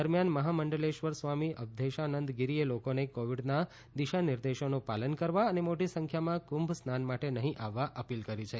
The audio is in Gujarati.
દરમિયાન મહામંડલેશ્વર સ્વામી અવધેશાનંદ ગિરીએ લોકોને કોવિડના દિશાનિર્દેશોનું પાલન કરવા અને મોટી સંખ્યામાં કુંભ સ્નાન માટે નહીં આવવા અપીલ કરી છે